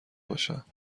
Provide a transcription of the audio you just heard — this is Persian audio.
باشم